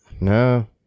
No